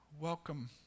welcome